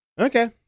Okay